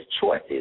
choices